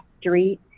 street